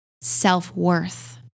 self-worth